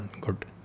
Good